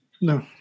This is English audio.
no